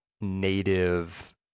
native